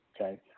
okay